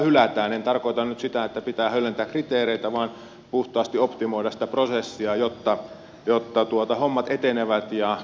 en tarkoita nyt sitä että pitää höllentää kriteereitä vaan puhtaasti optimoida sitä prosessia jotta hommat etenevät ja kentällä tapahtuu